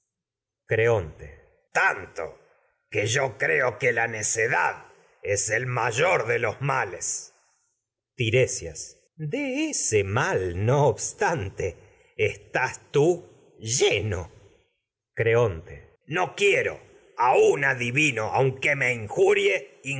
tanto que yo creo que la necedad es el mayor de los males de ese tiresias mal no obstante estás tú lleno adivino aunque me